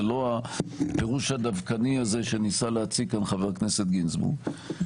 ולא הפירוש הדווקני הזה שניסה להציג כאן חבר הכנסת גינזבורג.